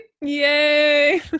Yay